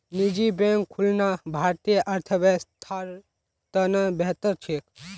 निजी बैंक खुलना भारतीय अर्थव्यवस्थार त न बेहतर छेक